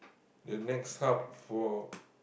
the next hub for